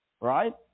Right